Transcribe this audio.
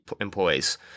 employees